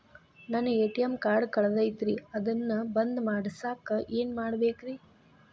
ನನ್ನ ATM card ಕಳದೈತ್ರಿ ಅದನ್ನ ಬಂದ್ ಮಾಡಸಾಕ್ ಏನ್ ಮಾಡ್ಬೇಕ್ರಿ?